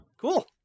Cool